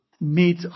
meet